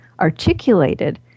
articulated